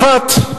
אחת,